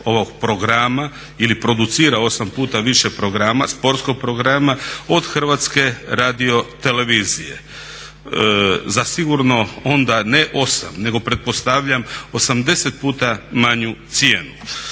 ovog programa ili producira 8 puta više programa, sportskog programa od Hrvatske radiotelevizije. Zasigurno onda ne 8 nego pretpostavljam 80 puta manju cijenu.